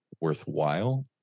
worthwhile